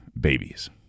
babies